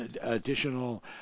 additional